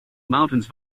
mountains